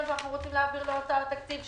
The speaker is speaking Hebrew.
שקל שאנחנו רוצים להעביר לאותו תקציב,